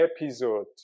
episode